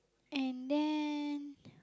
and then